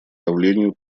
давлению